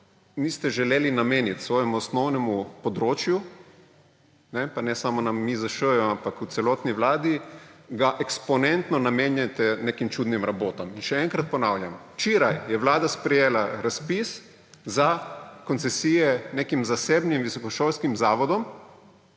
niste želeli nameniti svojemu osnovnemu področju, pa ne samo na MIZŠ, ampak v celotni vladi, ga eksponentno namenjate nekim čudnim rabotam. In še enkrat ponavljam, včeraj je Vlada sprejela razpis za koncesije nekim zasebnim visokošolskim zavodom,